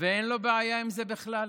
ואין לו בעיה עם זה בכלל